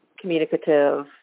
communicative